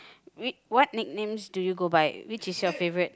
we what nicknames do you go by which is your favourite